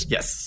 Yes